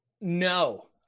no